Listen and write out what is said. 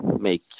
make